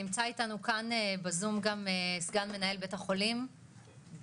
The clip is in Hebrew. נמצא איתנו כאן בזום גם סגן מנהל בית החולים ברזילי,